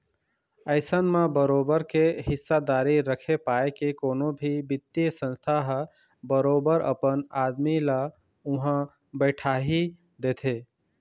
अइसन म बरोबर के हिस्सादारी रखे पाय के कोनो भी बित्तीय संस्था ह बरोबर अपन आदमी ल उहाँ बइठाही देथे